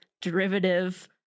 derivative